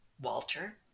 Walter